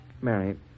Mary